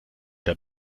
der